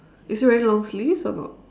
is he wearing long sleeves or not